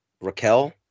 raquel